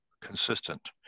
consistent